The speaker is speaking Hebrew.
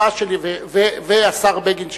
והשר בגין,